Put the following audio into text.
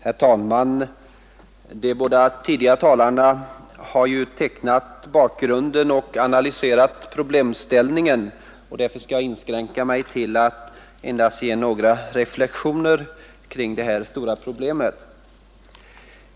Herr talman! De båda tidigare talarna har tecknat bakgrunden och analyserat problemställningen, och därför skall jag inskränka mig till att göra några reflexioner till det här stora problemet.